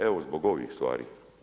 Evo zbog ovih stvari.